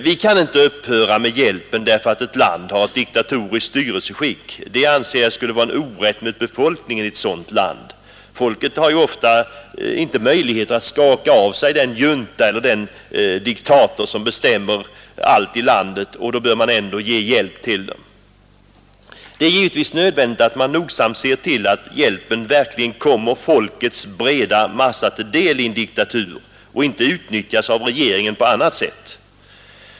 Vi kan inte upphöra med hjälpen därför att ett land har diktatoriskt styrelseskick — det anser jag skulle vara orätt mot befolkningen i ett sådant land. Folket har ju ofta inte möjligheter att skaka av sig den junta eller den diktator som bestämmer allt i landet, och då bör man ändå ge hjälp. Det är givetvis nödvändigt att man nogsamt ser till att hjälpen verkligen kommer folkets breda massa till del i en diktatur och inte utnyttjas av regeringen på annat sätt.